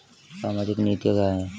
सामाजिक नीतियाँ क्या हैं?